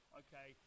okay